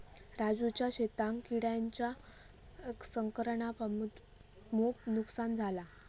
राजूच्या शेतांका किटांच्या संक्रमणामुळा मोप नुकसान झाला